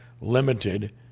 limited